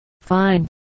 fine